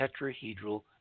tetrahedral